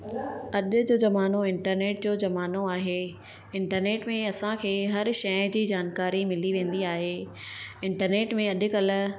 अॾ जो ज़मानो इंटरनेट जो ज़मानो आहे इंटरनेट में असांखे हर शइ जी जानकारी मिली वेंदी आहे इंटरनेट में अॼुकल्ह